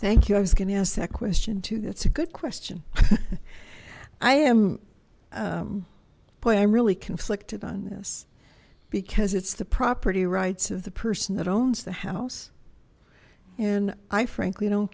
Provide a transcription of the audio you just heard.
thank you i was going to ask that question that's a good question i am boy i'm really conflicted on this because it's the property rights of the person that owns the house and i frankly don't